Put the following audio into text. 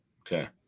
Okay